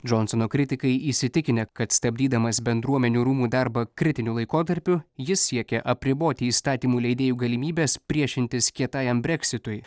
džonsono kritikai įsitikinę kad stabdydamas bendruomenių rūmų darbą kritiniu laikotarpiu jis siekia apriboti įstatymų leidėjų galimybes priešintis kietajam breksitui